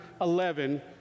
11